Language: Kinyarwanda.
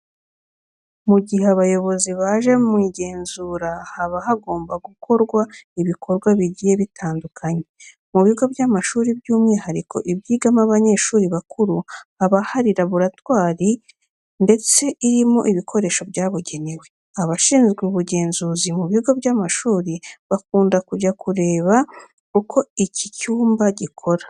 Mu gihe abayobozi baje mu igenzura haba hagomba gukorwa ibikorwa bigiye bitandukanye. Mu bigo by'amashuri by'umwihariko ibyigamo abanyeshuri bakuru haba hari laboratwari ndetse irimo n'ibikoresho byabugenewe. Abashinzwe ubugenzuzi mu bigo by'amashuri bakunda kujya kureba uko iki cyumba gikora.